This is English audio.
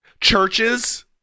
Churches